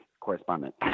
correspondent